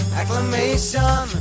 acclamation